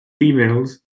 females